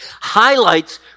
highlights